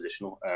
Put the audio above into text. positional